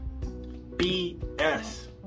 BS